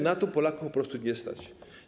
Na to Polaków po prostu nie stać.